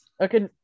Okay